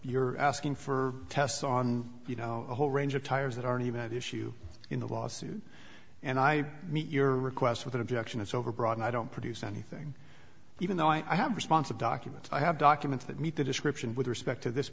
you're asking for tests on you know a whole range of tires that aren't even at issue in the lawsuit and i meet your request with an objection it's overbroad i don't produce anything even though i have a response of documents i have documents that meet the description with respect to this